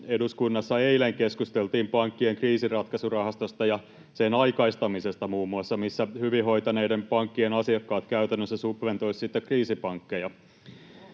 eduskunnassa keskusteltiin pankkien kriisinratkaisurahastosta ja muun muassa sen aikaistamisesta, missä hyvin hoitaneiden pankkien asiakkaat käytännössä subventoisivat kriisipankkeja.